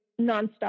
nonstop